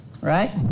Right